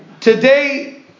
Today